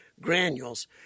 granules